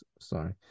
sorry